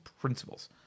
principles